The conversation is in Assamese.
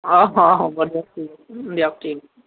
অঁ অহ হ'ব দিয়ক দিয়ক ঠিক আছে